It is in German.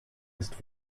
ist